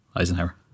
Eisenhower